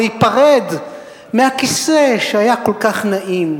להיפרד מהכיסא שהיה כל כך נעים,